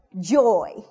Joy